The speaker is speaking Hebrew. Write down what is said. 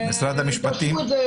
תשאירו אותו,